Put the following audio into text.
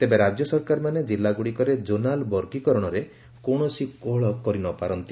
ତେବେ ରାଜ୍ୟ ସରକାରମାନେ ଜିଲ୍ଲାଗୁଡ଼ିକରେ ଜୋନାଲ୍ ବର୍ଗିକରଣରେ କୌଣସି କୋହଳ କରିନପାରନ୍ତି